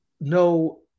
no